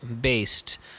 based